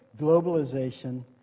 globalization